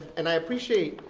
and i appreciate.